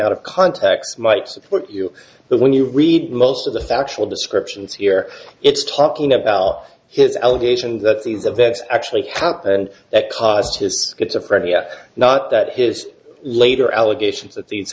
out of context might support you but when you read most of the factual descriptions here it's talking about all his allegations that these events actually happened that caused his schizophrenia not that his later allegations that th